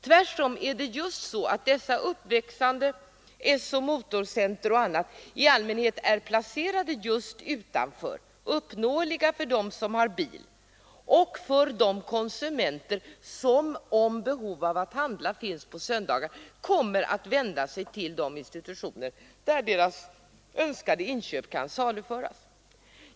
Tvärtom är de olika anläggningar av t.ex. typen Esso motor center, som nu växer upp, i allmänhet placerade utanför bostadscentra och uppnåeliga huvudsakligen för dem som har bil. Till dessa inrättningar kommer de konsumenter, som har behov av att handla på söndagen, då att vända sig, eftersom de varor de önskar köpa saluförs där.